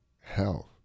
health